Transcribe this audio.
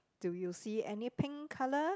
do you see any pink colour